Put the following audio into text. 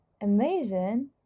amazing